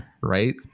right